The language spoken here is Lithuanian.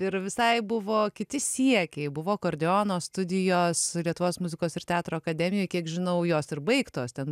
ir visai buvo kiti siekiai buvo akordeono studijos lietuvos muzikos ir teatro akademijoj kiek žinau jos ir baigtos ten